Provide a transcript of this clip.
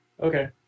Okay